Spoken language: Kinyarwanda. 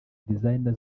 design